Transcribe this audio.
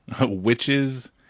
Witches